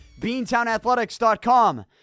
beantownathletics.com